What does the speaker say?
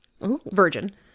virgin